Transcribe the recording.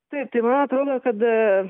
taip tai man atrodo kad